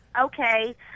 Okay